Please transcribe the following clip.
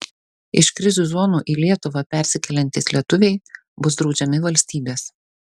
iš krizių zonų į lietuvą persikeliantys lietuviai bus draudžiami valstybės